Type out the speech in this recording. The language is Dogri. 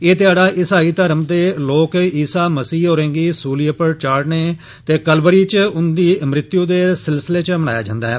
ए ध्याड़ा इसाई धर्म दे लोक ईसा मसीह होरें गी सूली पर चाढ़ने ते कल्वरी च उन्दी मृत्यु दे सिलिसले च मनाया जन्दा ऐ